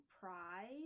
pride